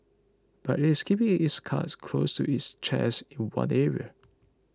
but it is keeping its cards close to its chest in one area